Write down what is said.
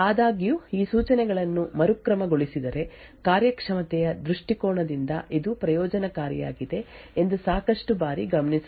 ಆದಾಗ್ಯೂ ಈ ಸೂಚನೆಗಳನ್ನು ಮರುಕ್ರಮಗೊಳಿಸಿದರೆ ಕಾರ್ಯಕ್ಷಮತೆಯ ದೃಷ್ಟಿಕೋನದಿಂದ ಇದು ಪ್ರಯೋಜನಕಾರಿಯಾಗಿದೆ ಎಂದು ಸಾಕಷ್ಟು ಬಾರಿ ಗಮನಿಸಲಾಗಿದೆ